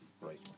Right